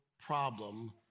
problem